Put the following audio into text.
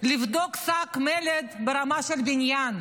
לבדוק שק מלט ברמה של בניין,